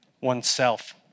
oneself